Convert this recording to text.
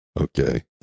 okay